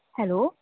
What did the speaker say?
hello